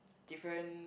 different